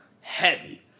heavy